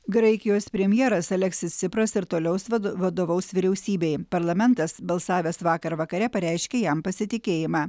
graikijos premjeras aleksis cipras ir toliaus vat vadovaus vyriausybei parlamentas balsavęs vakar vakare pareiškė jam pasitikėjimą